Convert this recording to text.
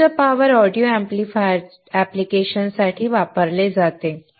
हे उच्च power audio amplifier application साठी वापरले जाते